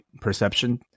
perception